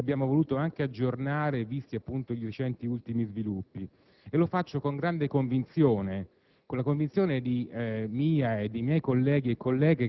l'ardore ed il coraggio di presentare e che abbiamo anche voluto aggiornare, visti appunto i recenti ed ultimi sviluppi. E lo faccio con grande convinzione,